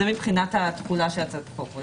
זה מבחינת התחולה של הצעת החוק.